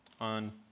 On